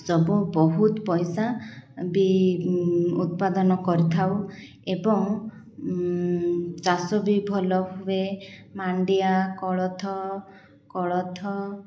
ସବୁ ବହୁତ ପଇସା ବି ଉତ୍ପାଦନ କରିଥାଉ ଏବଂ ଚାଷ ବି ଭଲ ହୁଏ ମାଣ୍ଡିଆ କୋଳଥ କୋଳଥ